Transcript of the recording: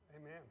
Amen